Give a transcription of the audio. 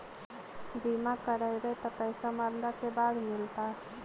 बिमा करैबैय त पैसा मरला के बाद मिलता?